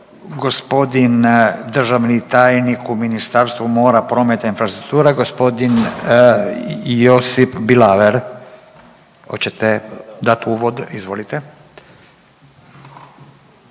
gospodin državni tajnik u Ministarstvu mora, prometa i infrastruktura gospodin Josip Bilaver. Hoćete dati uvod? Izvolite.